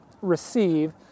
Receive